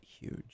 huge